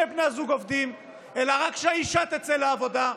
בני הזוג עובדים אלא רק שהאישה תצא לעבודה,